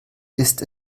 ist